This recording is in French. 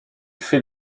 fait